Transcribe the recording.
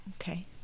Okay